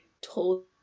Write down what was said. told